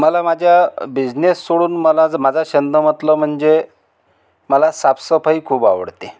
मला माझ्या बिझनेस सोडून मला माझा छंद म्हटलं म्हणजे मला साफसफाई खूप आवडते